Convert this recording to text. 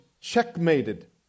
checkmated